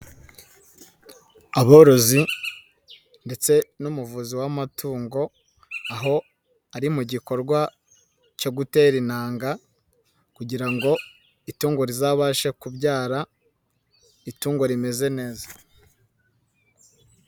Aborozi ndetse n'umuvuzi w'amatungo aho ari mu gikorwa cyo gutera intanga kugira ngo itungo rizabashe kubyara itungo rimeze neza.